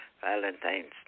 Valentine's